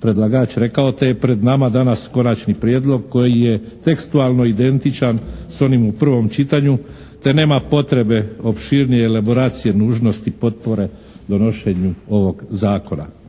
predlagač rekao te je pred nama danas konačni prijedlog koji je tekstualno identičan s onim u prvom čitanju te nema potrebe opširnije elaboracije, nužnosti i potpore donošenju ovog zakona.